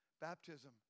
baptism